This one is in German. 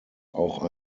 auch